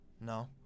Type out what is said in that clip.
No